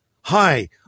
hi